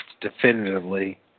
definitively